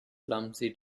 clumsy